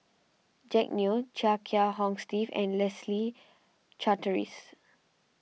Jack Neo Chia Kiah Hong Steve and Leslie Charteris